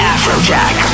Afrojack